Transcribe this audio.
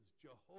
Jehovah